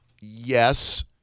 Yes